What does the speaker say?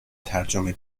ترجمه